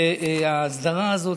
ובהסדרה הזאת